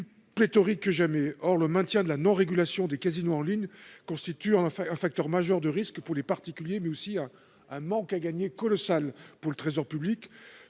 plus pléthorique que jamais, or le maintien de la non-régulation des casinos en ligne constitue en fait un facteur majeur de risque pour les particuliers, mais aussi à un manque à gagner colossal pour le Trésor public,